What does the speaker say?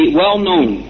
well-known